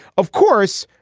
of course,